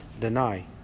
deny